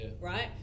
right